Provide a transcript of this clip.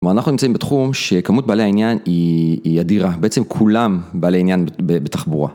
כלומר אנחנו נמצאים בתחום שכמות בעלי העניין היא אדירה, בעצם כולם בעלי עניין בתחבורה.